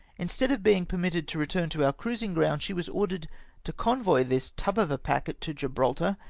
instead of being permitted to return to our cruising ground, she was ordered to convoy this tub of a packet to gibraltar,